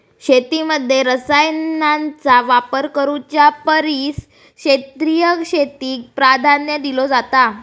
शेतीमध्ये रसायनांचा वापर करुच्या परिस सेंद्रिय शेतीक प्राधान्य दिलो जाता